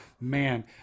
man